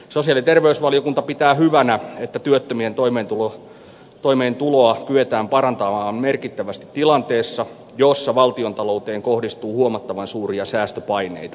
sosiaali ja terveysvaliokunta pitää hyvänä että työttömien toimeentuloa kyetään parantamaan merkittävästi tilanteessa jossa valtiontalouteen kohdistuu huomattavan suuria säästöpaineita